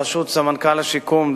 ברשות סמנכ"ל השיקום,